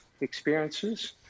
experiences